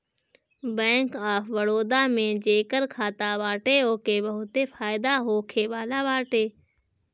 bank of Baroda में जेकर खाता बाटे ओके बहुते फायदा होखेवाला बाटे